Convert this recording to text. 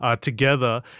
together